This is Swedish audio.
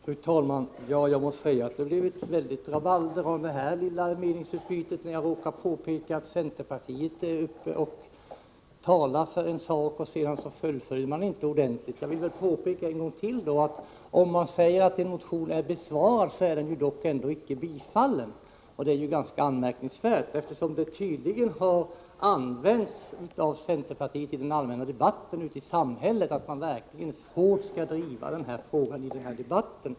Fru talman! Jag må säga att det blev ett väldigt rabalder när jag i det här lilla meningsutbytet råkade påpeka att centerpartiet är uppe och talar för en sak och sedan inte fullföljer den ordentligt. Jag vill då en gång till påpeka att om man säger att en motion är besvarad så är den inte bifallen. Det är ju ganska anmärkningsvärt att centerpartiet nöjer sig med det, när man iden — Nr 49 allmänna debatten ute i samhället tydligen har påstått att man verkligen hårt Onsdagen den skall driva frågan i den här debatten.